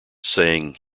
saying